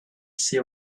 see